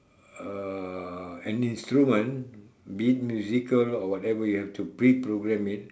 uh an instrument be it musical or whatever you have to pre-program it